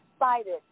excited